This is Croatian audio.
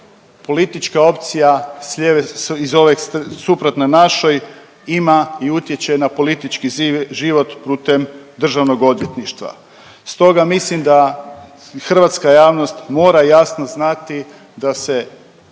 politička opcija s lijeve, suprotne našoj ima i utječe na politički život putem državnog odvjetništva. Stoga mislim da i hrvatska javnost mora jasno znati da se